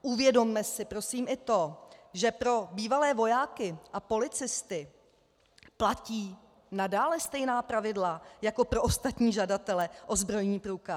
Uvědomme si prosím i to, že pro bývalé vojáky a policisty platí nadále stejná pravidla jako pro ostatní žadatele o zbrojní průkaz.